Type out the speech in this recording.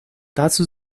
dazu